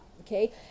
okay